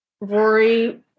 Rory